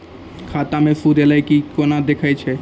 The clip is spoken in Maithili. खाता मे सूद एलय की ने कोना देखय छै?